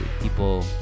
people